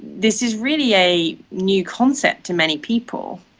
this is really a new concept to many people.